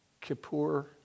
kippur